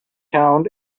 count